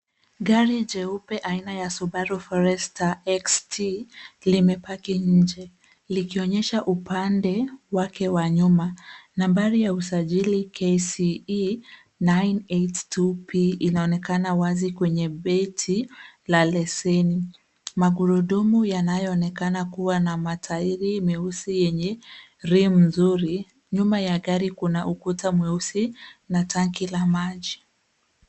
Gari jeupe aina za Subaru Forester XT limepaki nje, likionyesha upande wake wa nyuma. Nambari ya usajili KCE 982P inaonekana wazi kwenye beti la leseni. Magurudumu yanayaoonekana kuwa na matairi meusi yenye rim nzuri. Nyuma ya gari kuna ukuta mweusi na tanki la maji.